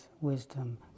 wisdom